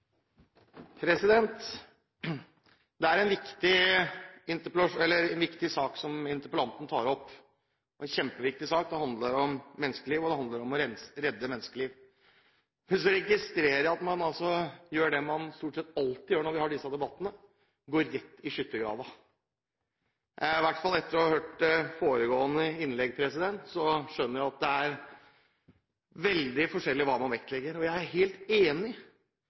en kjempeviktig sak som interpellanten tar opp. Det handler om å redde menneskeliv. Men jeg registrerer at man gjør det man stort sett alltid gjør når vi har disse debattene: går rett i skyttergraven. Etter å ha hørt foregående innlegg skjønner jeg i hvert fall at det er veldig forskjellig hva man vektlegger. Jeg er helt enig